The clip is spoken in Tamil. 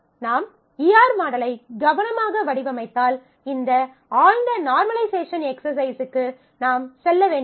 நாம் ER மாடலை கவனமாக வடிவமைத்தால் இந்த ஆழ்ந்த நார்மலைசேஷன் எக்ஸ்சர்சைஸ்க்கு நாம் செல்ல வேண்டியதில்லை